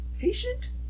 patient